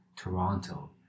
Toronto